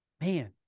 man